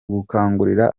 gukangurira